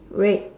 red